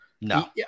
No